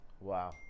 Wow